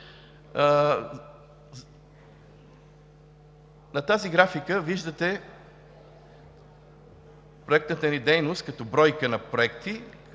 На тази графика виждате проектната ни дейност като бройка на проекти.